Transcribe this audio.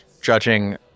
judging